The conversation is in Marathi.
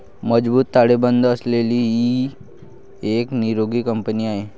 मजबूत ताळेबंद असलेली ही एक निरोगी कंपनी आहे